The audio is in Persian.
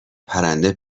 پرنده